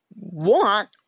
want